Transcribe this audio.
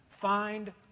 find